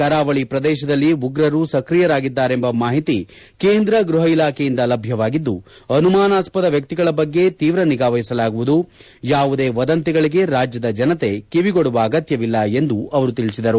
ಕರಾವಳಿ ಪ್ರದೇಶದಲ್ಲಿ ಉಗ್ರರು ಸಕ್ರಿಯರಾಗಿದ್ದರೆಂಬ ಮಾಹಿತಿ ಕೇಂದ್ರ ಗೃಹ ಇಲಾಖೆಯಿಂದ ಲಭ್ಯವಾಗಿದ್ದು ಅನುಮಾನಾಸ್ಪದ ವ್ಯಕ್ತಿಗಳ ಮೇಲೆ ತೀವ್ರ ನಿಗಾವಹಿಸಲಾಗುವುದು ಯಾವುದೇ ವದಂತಿಗಳಿಗೆ ರಾಜ್ಯದ ಜನತೆ ಕಿವಿಗೊಡುವ ಅಗತ್ಯವಿಲ್ಲ ಎಂದು ಅವರು ತಿಳಿಸಿದರು